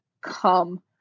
come